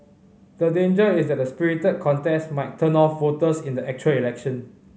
the danger is that the spirited contest might turn off voters in the actual election